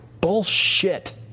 Bullshit